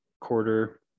quarter